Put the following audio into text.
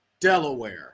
Delaware